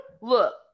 look